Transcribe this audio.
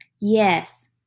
Yes